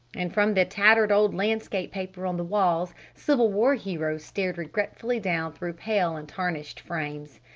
and from the tattered old landscape paper on the walls civil war heroes stared regretfully down through pale and tarnished frames.